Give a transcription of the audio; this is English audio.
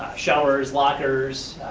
showers, lockers,